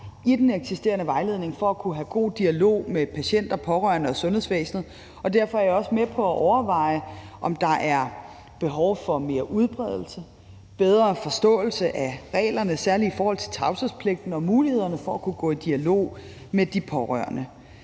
i den eksisterende vejledning for at kunne have god dialog med patienter, pårørende og sundhedsvæsenet, og derfor er jeg også med på at overveje, om der er behov for mere udbredelse, bedre forståelse af reglerne – særlig i forhold til tavshedspligten – og mulighederne for at kunne gå i dialog med de pårørende.